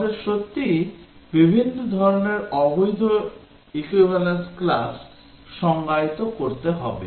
আমাদের সত্যিই বিভিন্ন ধরণের অবৈধ equivalence class সংজ্ঞায়িত করতে হবে